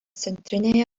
centrinėje